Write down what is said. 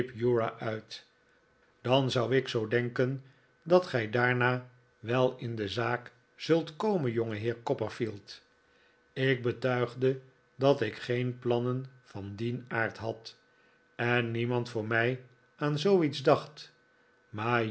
uriah uit dan zou ik zoo denken dat gij daarna wel in de zaak zult komen jongeheer copperfield ik betuigde dat ik geen plannen van dien aard had en niemand vpor mij aan zooiets dacht